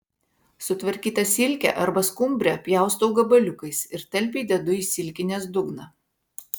sutvarkytą silkę arba skumbrę pjaustau gabaliukais ir talpiai dedu į silkinės dugną